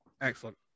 Excellent